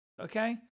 Okay